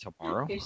tomorrow